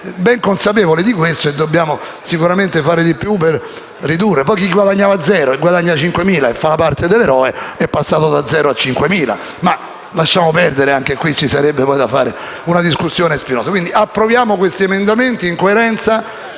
ben consapevole di questo e dobbiamo sicuramente fare di più per ridurli. Poi chi guadagnava zero e ora guadagna 5.000 e fa la parte dell'eroe è passato da zero a 5.000, ma lasciamo perdere anche se anche in questo caso ci sarebbe da fare una discussione spinosa. Approviamo dunque questi emendamenti in coerenza